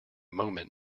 moment